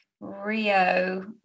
rio